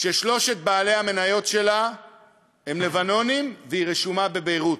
ששלושת בעלי המניות שלה הם לבנונים והיא רשומה בביירות.